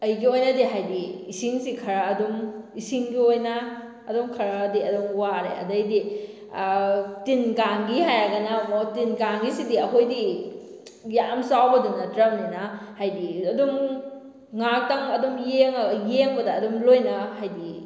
ꯑꯩꯒꯤ ꯑꯣꯏꯅꯗꯤ ꯍꯥꯏꯗꯤ ꯏꯁꯤꯡꯁꯤ ꯈꯔ ꯑꯗꯨꯝ ꯏꯁꯤꯡꯒꯤ ꯑꯣꯏꯅ ꯑꯗꯨꯝ ꯈꯔꯗꯤ ꯑꯗꯨꯝ ꯋꯥꯔꯦ ꯑꯗꯩꯗꯤ ꯇꯤꯟ ꯀꯥꯡꯒꯤ ꯍꯥꯏꯔꯒꯅ ꯑꯃꯨꯛ ꯇꯤꯟ ꯀꯥꯡꯒꯤꯁꯤꯗꯤ ꯑꯩꯈꯣꯏꯗꯤ ꯌꯥꯝ ꯆꯥꯎꯕꯗꯤ ꯅꯠꯇ꯭ꯔꯕꯅꯤꯅ ꯍꯥꯏꯗꯤ ꯑꯗꯨꯝ ꯉꯥꯛꯇꯪ ꯑꯗꯨꯝ ꯌꯦꯡꯉꯒ ꯌꯦꯡꯕꯗ ꯑꯗꯨꯝ ꯂꯣꯏꯅ ꯍꯥꯏꯗꯤ